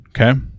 Okay